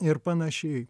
ir panašiai